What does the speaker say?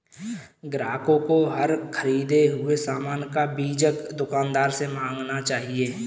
ग्राहकों को हर ख़रीदे हुए सामान का बीजक दुकानदार से मांगना चाहिए